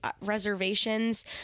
reservations